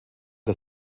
der